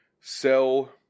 sell